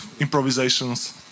improvisations